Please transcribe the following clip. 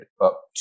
up